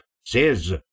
says